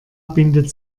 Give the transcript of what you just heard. bindet